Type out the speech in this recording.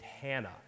Hannah